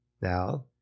Now